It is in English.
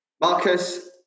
Marcus